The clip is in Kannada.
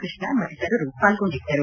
ಕೃಷ್ಣ ಮತ್ತಿತರರು ಪಾಲ್ಗೊಂಡಿದ್ದರು